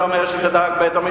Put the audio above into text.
מי אומר שזה רק בית-המשפט?